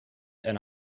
and